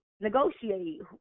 negotiate